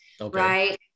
right